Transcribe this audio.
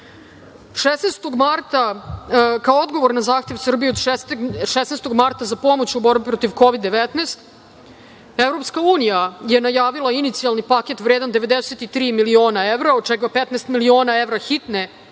zemlji. Kao odgovor na zahtev Srbije od 16. marta za pomoć u borbi protiv Kovid – 19, EU je najavila inicijalni paket vredan 93 miliona evra, od čega 15 miliona evra hitne